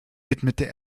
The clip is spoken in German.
widmete